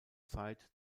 zeit